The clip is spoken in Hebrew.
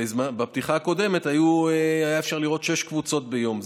בפתיחה הקודמת היה אפשר לראות שש קבוצות ביום.